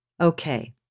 Okay